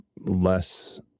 less